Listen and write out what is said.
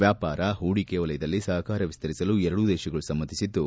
ವ್ಲಾಪಾರ ಹೂಡಿಕೆ ವಲಯದಲ್ಲಿ ಸಹಕಾರ ವಿಸರಿಸಲು ಎರಡೂ ದೇಶಗಳು ಸಮ್ನಿಸಿದ್ದು